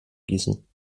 gießen